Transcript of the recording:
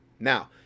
Now